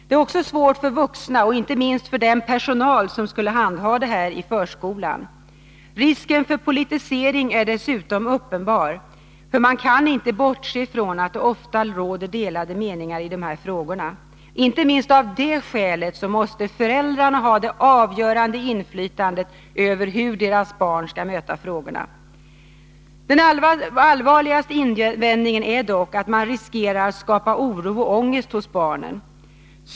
Det är också svårt för vuxna, och inte minst för den personal som skulle handha detta i förskolan. Risken för politisering är dessutom uppenbar, för man kan inte bortse från att det ofta råder delade meningar i dessa frågor. Inte minst av det skälet måste föräldrarna ha det avgörande inflytandet över hur deras barn skall möta frågorna. Den allvarligaste invändningen är dock att man riskerar att skapa oro och ångest hos barnen.